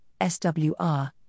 SWR